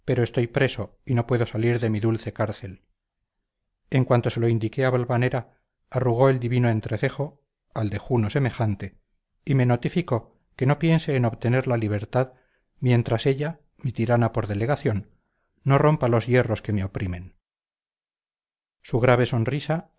estoy preso y no puedo salir de mi dulce cárcel en cuanto se lo indiqué a valvanera arrugó el divino entrecejo al de juno semejante y me notificó que no piense en obtener la libertad mientras ella mi tirana por delegación no rompa los hierros que me oprimen su grave sonrisa